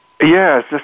Yes